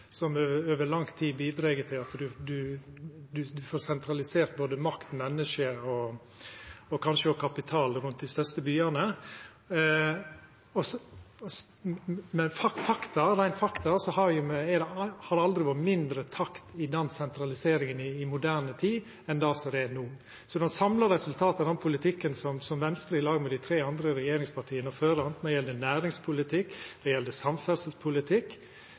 som over lang tid bidreg til at ein får sentralisert både makt, menneske og kanskje òg kapital rundt dei største byane. Faktum er at det aldri har vore mindre fart i den sentraliseringa i moderne tid enn no. Det samla resultatet av den politikken som Venstre i lag med dei tre andre regjeringspartia fører, anten det gjeld næringspolitikk eller samferdselspolitikk,